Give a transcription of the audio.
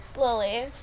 Lily